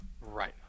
Right